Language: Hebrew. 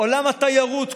עולם התיירות קורס.